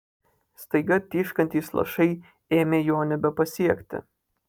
staiga tyškantys lašai ėmė jo nebepasiekti